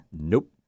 Nope